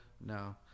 No